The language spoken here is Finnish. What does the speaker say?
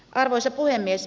arvoisa puhemies